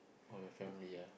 or you family ya